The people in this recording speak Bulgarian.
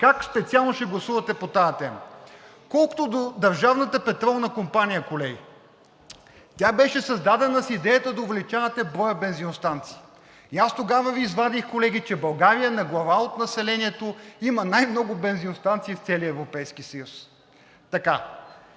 как специално ще гласувате по тази тема. Колкото до Държавната петролна компания, колеги, тя беше създадена с идеята да увеличавате броя бензиностанции. И аз тогава Ви извадих, колеги, че България на глава от населението има най много бензиностанции в целия Европейски съюз.